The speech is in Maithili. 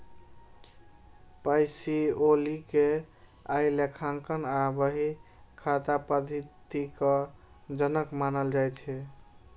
पैसिओली कें आइ लेखांकन आ बही खाता पद्धतिक जनक मानल जाइ छै